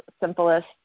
simplest